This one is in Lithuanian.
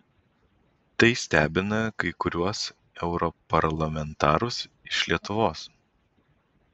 tai stebina kai kuriuos europarlamentarus iš lietuvos